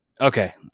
Okay